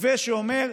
מתווה שאומר: